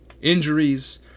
Injuries